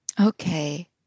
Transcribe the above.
Okay